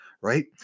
right